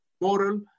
moral